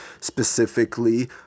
specifically